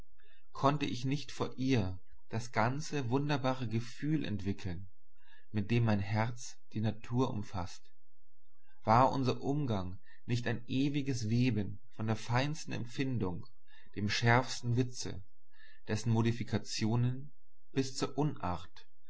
konnt ich nicht vor ihr das ganze wunderbare gefühl entwickeln mit dem mein herz die natur umfaßt war unser umgang nicht ein ewiges weben von der feinsten empfindung dem schärfsten witze dessen modifikationen bis zur unart